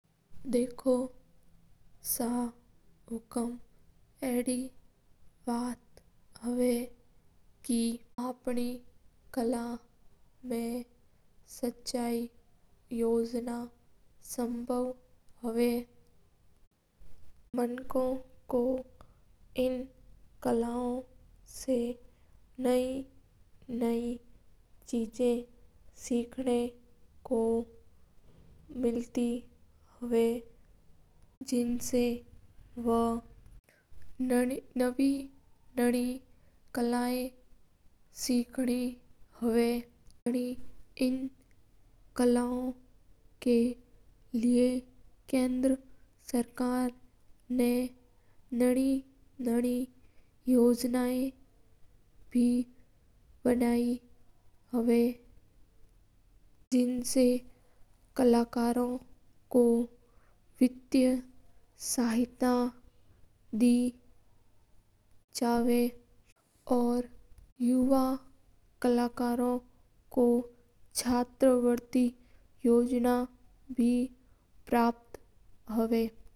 देखो सा हुकूम एडी बात हवा के खेला मा सच्चाई डूंड ने अच्छी बात हवा के आपण खेला ऊ बहुत अलग चीज़ा सिकनो मिला हा। खेळा का लेया सरकार ने नई नई योजना निकाली हा जिनु लोगा का आर्थिक सहायता। इल या करा हा।